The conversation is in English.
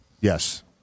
Yes